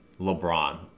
lebron